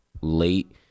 late